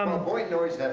um ah boynton always has